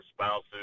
spouses